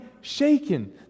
shaken